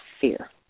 fear